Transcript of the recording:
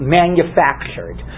manufactured